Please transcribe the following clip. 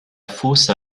fosse